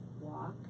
walk